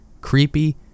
creepy